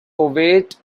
ovate